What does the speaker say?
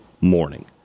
morning